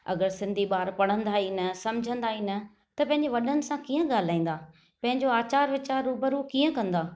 अगरि सिंधी ॿार पढ़ंदा ई न सम्झंदा ई न त पंहिंजे वॾनि सां कीअं ॻाल्हाईंदा पंहिंजो आचार विचार रूबरू कीअं कंदा